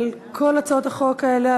על כל הצעות החוק האלה,